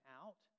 out